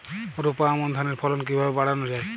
রোপা আমন ধানের ফলন কিভাবে বাড়ানো যায়?